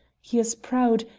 he is proud,